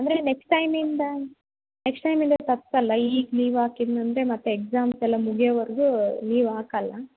ಅಂದರೆ ನೆಕ್ಸ್ಟ್ ಟೈಮಿಂದ ನೆಕ್ಶ್ಟ್ ಟೈಮಿಂದ ತಪ್ಪಿಸಲ್ಲ ಈಗ ಲೀವ್ ಹಾಕಿದ್ನಂದರೆ ಮತ್ತೆ ಎಕ್ಸಾಮ್ಸ್ ಎಲ್ಲ ಮುಗಿಯೋವರೆಗೂ ಲೀವ್ ಹಾಕೋಲ್ಲ